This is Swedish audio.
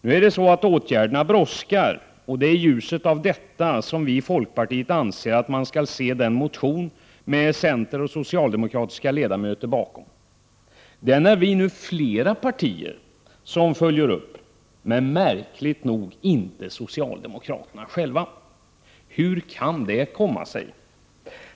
Nu är det så att åtgärderna brådskar, och det är i ljuset av detta som vi i folkpartiet anser att man skall se den motion med coch s-ledamöter bakom som nu flera partier följer upp, men märkligt nog inte socialdemokraterna själva. Hur kan det komma sig?